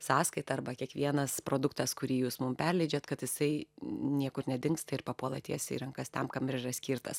sąskaitą arba kiekvienas produktas kurį jūs mum perleidžiat kad jisai niekur nedingsta ir papuola tiesiai į rankas tam kam ir yra skirtas